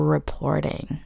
Reporting